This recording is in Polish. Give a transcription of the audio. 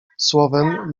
słowem